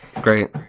Great